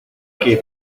que